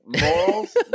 Morals